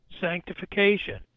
Sanctification